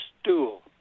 stool